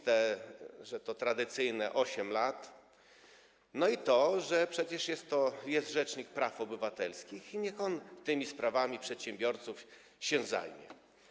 Tradycyjne: 8 lat i to, że przecież jest rzecznik praw obywatelskich i niech on tymi sprawami przedsiębiorców się zajmie.